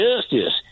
justice